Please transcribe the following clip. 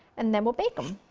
and then we'll bake them.